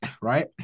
right